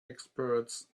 experts